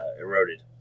eroded